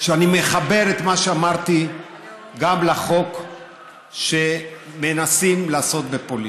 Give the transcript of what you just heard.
שאני מחבר את מה שאמרתי גם לחוק שמנסים לעשות בפולין.